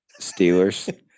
Steelers